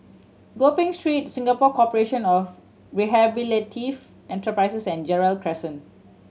Gopeng Street Singapore Corporation of Rehabilitative Enterprises and Gerald Crescent